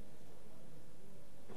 בבקשה.